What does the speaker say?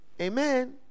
Amen